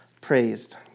praised